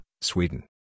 Sweden